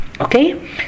Okay